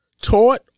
taught